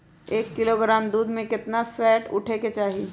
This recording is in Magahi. एक किलोग्राम दूध में केतना फैट उठे के चाही?